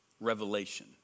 revelation